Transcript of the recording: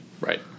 Right